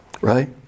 Right